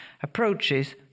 approaches